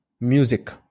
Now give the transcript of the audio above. music